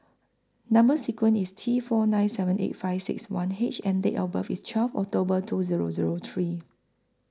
Number sequence IS T four nine seven eight five six one H and Date of birth IS twelve October two Zero Zero three